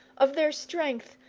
of their strength,